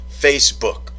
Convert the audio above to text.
Facebook